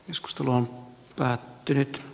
keskustelu on päättynyt